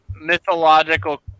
mythological